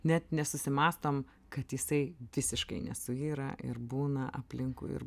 net nesusimąstom kad jisai visiškai nesuyra ir būna aplinkui ir